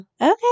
Okay